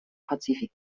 pazifik